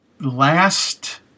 Last